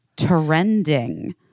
trending